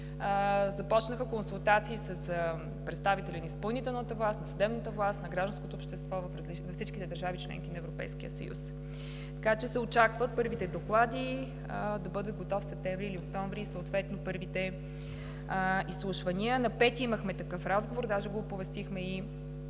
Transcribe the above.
от Брюксел тук – с представители на изпълнителната власт, на съдебната власт, на гражданското общество във всичките държави – членки на Европейския съюз. Очаква се първият доклад да бъде готов през месец септември или октомври и съответно първите изслушвания. На 5 юни имахме такъв разговор, дори го оповестихме и